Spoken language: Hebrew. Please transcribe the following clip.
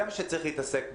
בזה צריך להתעסק,